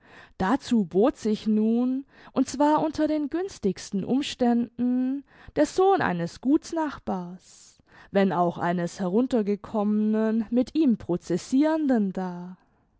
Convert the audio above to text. dazu bot sich nun und zwar unter den günstigsten umständen der sohn eines gutsnachbars wenn auch eines heruntergekommenen mit ihm processirenden dar